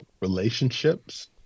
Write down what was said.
relationships